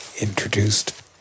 introduced